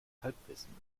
halbwissen